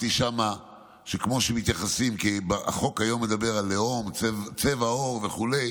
החוק מדבר על לאום, צבע עור וכו'.